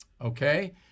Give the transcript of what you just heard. okay